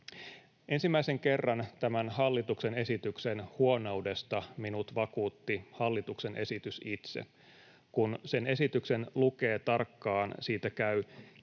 Ensimmäisen kerran tämän hallituksen esityksen huonoudesta minut vakuutti hallituksen esitys itse. Kun sen esityksen lukee tarkkaan, siitä käy